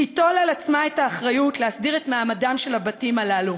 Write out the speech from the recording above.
תיטול על עצמה את האחריות להסדיר את מעמדם של הבתים הללו,